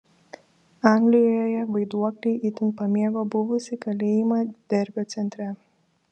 anglijoje vaiduokliai itin pamėgo buvusį kalėjimą derbio centre